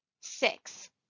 six